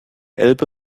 elbe